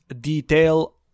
detail